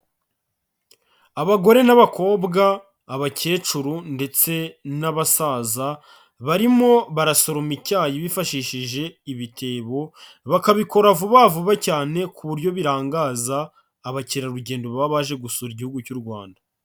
Abagore n'abakobwa, abakecuru ndetse n'abasaza, barimo barasoroma icyayi bifashishije ibitebo, bakabikora vuba vuba cyane ku buryo birangaza abakerarugendo baba baje gusura igihugu cy'u Rwanda.